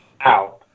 out